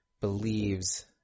believes